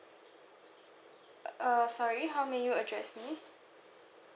uh uh sorry how may you address me